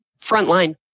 frontline